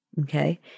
okay